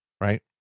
right